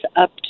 up